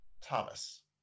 Thomas